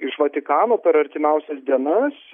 iš vatikano per artimiausias dienas